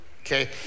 okay